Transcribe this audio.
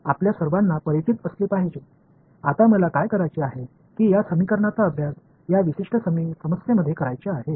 இப்போது நான் செய்ய விரும்புவது இந்த குறிப்பிட்ட சிக்கலில் இந்த சமன்பாடுகளைப் பயன்படுத்துவதைப் படிப்பதாகும்